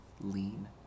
lean